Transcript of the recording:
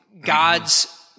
God's